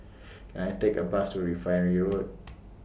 Can I Take A Bus to Refinery Road